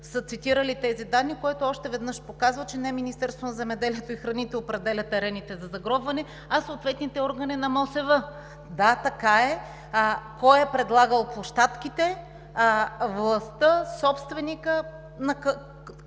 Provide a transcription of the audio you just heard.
са цитирали тези данни, което още веднъж показва, че не Министерството на земеделието, храните и горите определя терените за загробване, а съответните органи на МОСВ. Да, така е. А кой е предлагал площадките – властта, собственикът, където